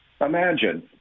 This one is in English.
Imagine